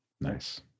Nice